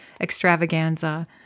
extravaganza